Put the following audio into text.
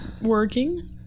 working